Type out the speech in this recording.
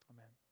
Amen